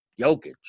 Jokic